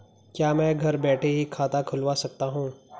क्या मैं घर बैठे ही खाता खुलवा सकता हूँ?